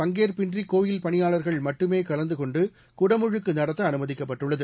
பங்கேற்பின்றிகோயில் பொதுமக்கள் பணியாளர்கள் மட்டுமேகலந்துகொண்டுகுடமுழுக்குநடத்தஅனுமதிக்கப்பட்டுள்ளது